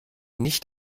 nicht